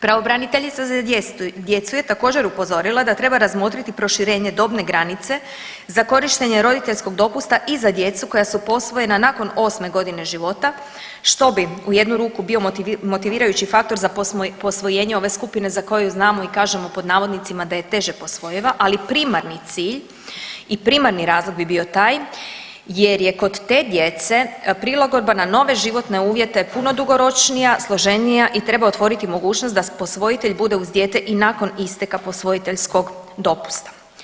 Pravobraniteljica za djecu je također upozorila da treba razmotriti proširenje dobne granice za korištenje roditeljskog dopusta i za djecu koja su posvojena nakon osme godine života, što bi u jednu ruku bio motivirajući faktor za posvojenje ove skupine za koju znamo i kažemo pod navodnicima da je teže posvojiva, ali primarni cilj i primarni razlog bi bio taj jer je kod te djece prilagodba na nove životne uvjete puno dugoročnija, složenija i treba otvoriti mogućnost da posvojitelj bude uz dijete i nakon isteka posvojiteljskog dopusta.